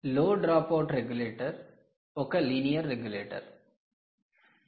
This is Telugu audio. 'లో drop out regulator' 'low drop out regulator' ఒక 'లీనియర్ రెగ్యులేటర్ '